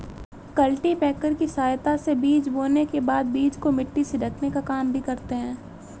cultipacker की सहायता से बीज बोने के बाद बीज को मिट्टी से ढकने का काम भी करते है